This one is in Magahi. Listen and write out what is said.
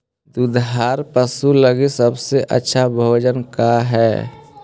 दुधार पशु लगीं सबसे अच्छा भोजन का हई?